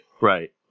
Right